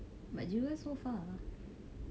but jewel so far ah